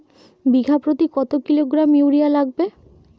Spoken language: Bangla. বিঘাপ্রতি কত কিলোগ্রাম ইউরিয়া লাগবে?